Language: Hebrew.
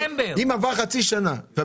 תקדימו לי את זה, חצי שנה,